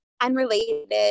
unrelated